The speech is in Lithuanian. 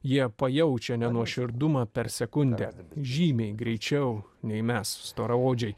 jie pajaučia nenuoširdumą per sekundę žymiai greičiau nei mes storaodžiai